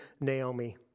Naomi